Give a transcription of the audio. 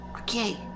Okay